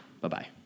Bye-bye